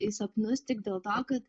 į sapnus tik dėl to kad